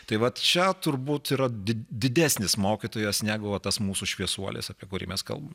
tai vat čia turbūt yra di didesnis mokytojas negu tas mūsų šviesuolis apie kurį mes kalbame